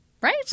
right